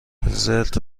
زرت